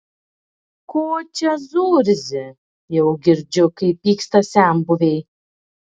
ko čia zurzi jau girdžiu kaip pyksta senbuviai